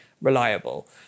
reliable